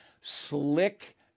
Slick